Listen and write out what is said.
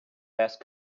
best